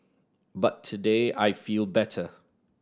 but today I feel better